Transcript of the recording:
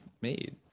made